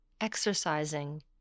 exercising